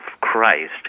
Christ